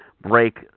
break